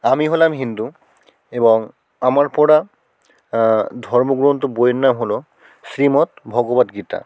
আমি হলাম হিন্দু এবং আমার পড়া ধর্মগ্রন্থ বইয়ের নাম হলো শ্রীমৎভগবদ্গীতা